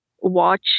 watch